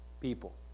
people